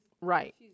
right